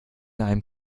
einen